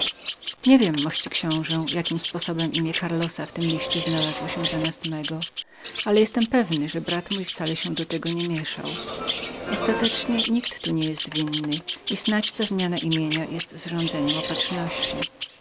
rzekł niewiem mości książe jakim sposobem imię karlosa w tym liście wcisnęło się zamiast mego ale jestem pewny że brat mój wcale do tego nie należał ostatecznie nikt tu nie jest winnym i znać zmiana ta nazwiska jest prostym wypadkiem wyroków opatrzności